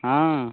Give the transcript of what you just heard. हँ